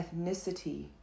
ethnicity